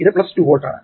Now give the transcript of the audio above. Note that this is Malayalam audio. ഇത് 2 വോൾട്ട് ആണ്